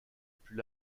plus